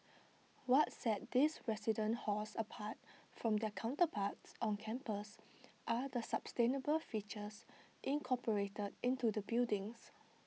what set these residential halls apart from their counterparts on campus are the sustainable features incorporated into the buildings